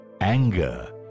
anger